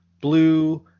blue